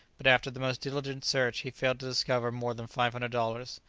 but after the most diligent search he failed to discover more than five hundred dollars.